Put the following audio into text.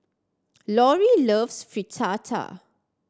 Lorie loves Fritada